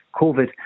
COVID